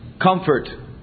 comfort